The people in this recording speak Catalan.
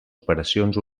operacions